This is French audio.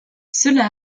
cela